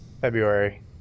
February